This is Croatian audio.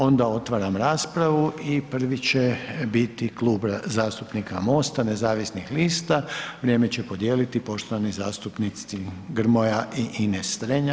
Onda otvaram raspravu i prvi će biti Klub zastupnika MOST-a nezavisnih lista, vrijeme će podijeliti poštovani zastupnici Grmoja i Ines Strenja.